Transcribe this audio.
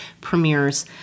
premieres